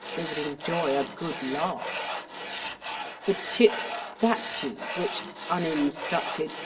they would enjoy a good laugh for chipped statues which, uninstructed,